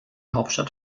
hauptstadt